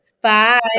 Bye